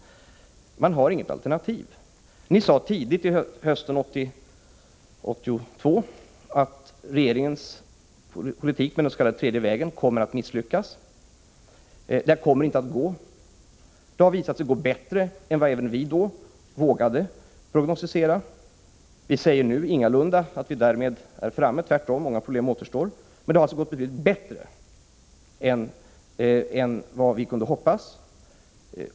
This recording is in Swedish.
Man har inget alternativ. Ni sade tidigt på hösten 1982 att regeringens politik med den s.k. tredje vägen kommer att misslyckas. Det har visat sig gå bättre än vad även vi då vågade prognostisera. Vi säger nu ingalunda att vi därmed är framme — tvärtom, många problem återstår — men det har gått betydligt bättre än vad vi kunde hoppas.